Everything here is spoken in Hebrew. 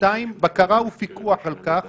בקרה ופיקוח על כך